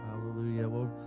Hallelujah